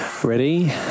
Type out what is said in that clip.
Ready